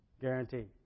Guaranteed